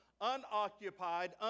unoccupied